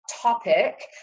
topic